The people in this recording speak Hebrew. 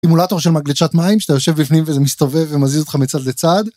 אימולטור של מגלשת מים, שאתה יושב בפנים וזה מסתובב ומזיז אותך מצד לצד.